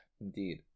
Indeed